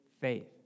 faith